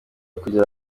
kugira